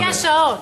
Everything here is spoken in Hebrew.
לפי השעות.